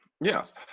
yes